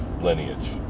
lineage